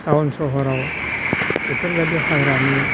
town सहराव बेफोरबायदि हाग्रानि